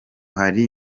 hari